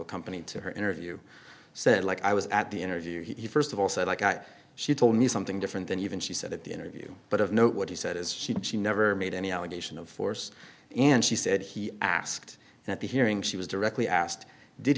accompany to her interview said like i was at the interview he st of all said like i told you something different than even she said at the interview but of note what he said as she did she never made any allegation of force and she said he asked that the hearing she was directly asked did